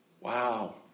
wow